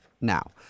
Now